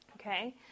Okay